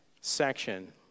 section